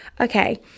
Okay